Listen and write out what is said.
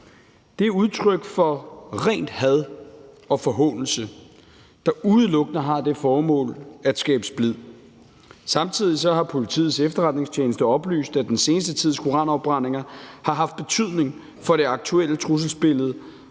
Det er udtryk for rent had og forhånelse, der udelukkende har det formål at skabe splid. Samtidig har Politiets Efterretningstjeneste oplyst, at den seneste tids koranafbrændinger har haft betydning for det aktuelle trusselsbillede,